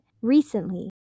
recently